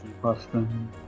question